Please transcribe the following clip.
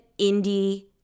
indie